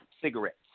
Cigarettes